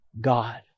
God